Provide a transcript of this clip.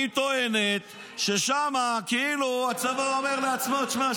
טוענת ששם כאילו הצבא אומר לעצמו: שמע,